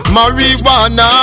Marijuana